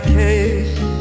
case